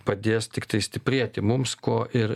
padės tiktai stiprėti mums ko ir